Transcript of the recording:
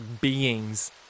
beings